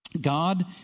God